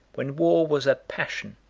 when war was a passion,